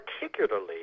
particularly